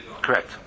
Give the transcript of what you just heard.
Correct